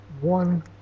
one